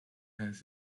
has